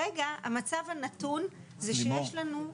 לימור,